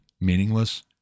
meaningless